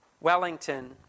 Wellington